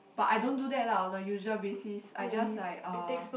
but I don't do that lah on a usual basis I just like uh